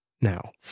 Now